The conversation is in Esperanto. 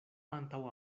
antaŭ